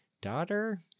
daughter